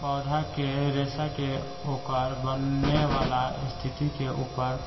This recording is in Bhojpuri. पौधा के रेसा के ओकर बनेवाला स्थिति के ऊपर